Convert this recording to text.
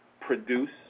produce